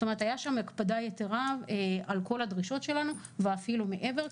זאת אומרת הייתה שם הקפדה יתרה על כל הדרישות שלנו ואפילו מעבר,